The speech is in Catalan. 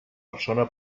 persona